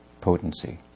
potency